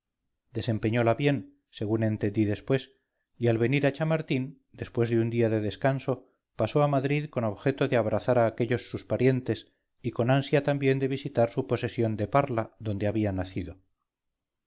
burgos desempeñola bien según entendí después y al venir a chamartín después de un día de descanso pasó a madrid con objeto de abrazar a aquellos sus parientes y con ansia también de visitar su posesión de parla donde había nacido